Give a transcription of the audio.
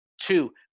two